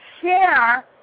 share